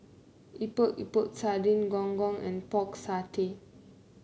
Epok Epok Sardin Gong Gong and Pork Satay